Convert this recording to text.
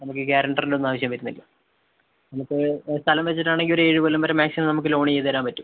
നമുക്ക് ഈ ഗ്യാരൻറ്റർൻ്റെ ഒന്നും ആവശ്യം വരുന്നില്ല നമുക്ക് സ്ഥലം വെച്ചിട്ടാണെങ്കിൽ ഒരു ഏഴ് കൊല്ലം വരെ മാക്സിമം നമുക്ക് ലോണ് ചെയ്ത് തരാൻ പറ്റും